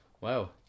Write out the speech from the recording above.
Wow